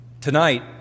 Tonight